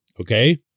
okay